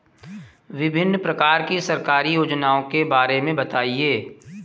विभिन्न प्रकार की सरकारी योजनाओं के बारे में बताइए?